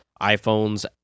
iphones